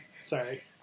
Sorry